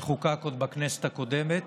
שחוקק עוד בכנסת הקודמת